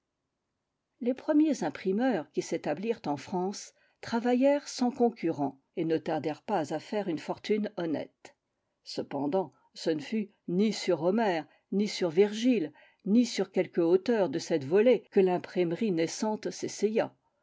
les premiers imprimeurs qui s'établirent en france travaillèrent sans concurrents et ne tardèrent pas à faire une fortune honnête cependant ce ne fut ni sur homère ni sur virgile ni sur quelque auteur de cette volée que l'imprimerie naissante